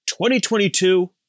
2022